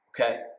okay